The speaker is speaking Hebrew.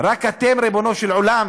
רק אתם, ריבונו של עולם,